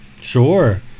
Sure